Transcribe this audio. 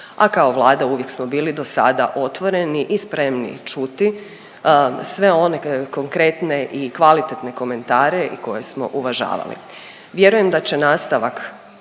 a kao Vlada uvijek smo bili dosada otvoreni i spremni čuti sve one konkretne i kvalitetne komentare i koje smo uvažavali.